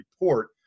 report